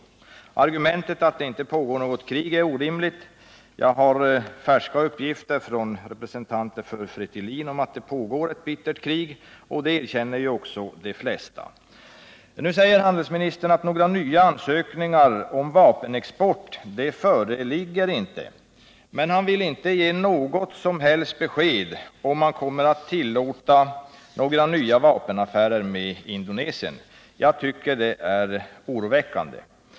Argumentet att det inte pågår något krig där är orimligt. Jag har färska uppgifter från representanter för Fretilin om att ett bittert krig pågår, och det erkänner även de flesta. Nu säger handelsministern att några nya ansökningar om vapenexport inte föreligger. Men han vill inte ge något som helst besked om han kommer att tillåta några nya vapenaffärer med Indonesien. Jag tycker det är oroväckande.